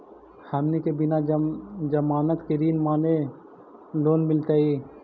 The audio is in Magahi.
हमनी के बिना जमानत के ऋण माने लोन मिलतई?